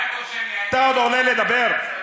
אתה עוד עולה לדבר?